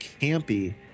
campy